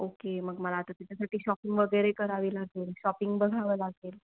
okay मग मला आता त्याच्यासाठी शॉपिंग वगैरे करावी लागेल शॉपिंग बघावं लागेल